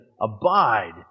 abide